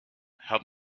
help